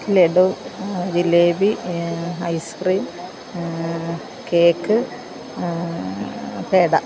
laddu jalebi ice cream cake peda